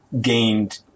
gained